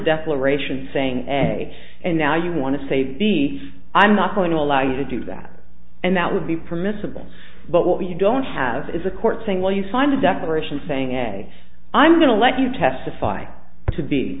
declaration saying a and now you want to say b i'm not going to allow you to do that and that would be permissible but what you don't have is a court saying well you signed a declaration saying a i'm going to let you testify to be